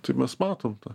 tai mes matom tą